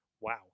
Wow